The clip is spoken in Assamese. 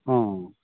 অঁ